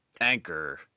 Anchor